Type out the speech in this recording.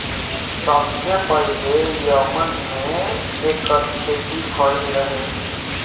सबसे पहिले यमन में एकर खेती भइल रहे